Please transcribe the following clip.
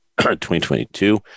2022